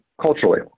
culturally